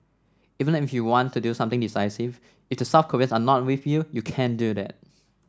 even if you want to do something decisive if the South Koreans are not with you you can't do that